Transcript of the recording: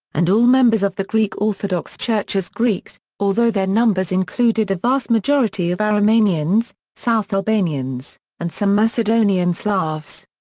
and all members of the greek orthodox church as greeks, although their numbers included a vast majority of aromanians, south albanians and some macedonian slavs.